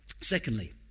Secondly